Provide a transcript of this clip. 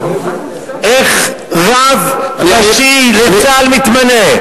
איך רב ראשי לצה"ל מתמנה.